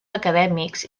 acadèmics